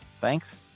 Thanks